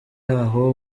aho